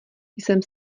jsem